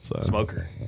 smoker